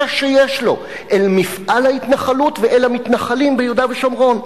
שלו אל מפעל ההתנחלות ואל המתנחלים ביהודה ושומרון?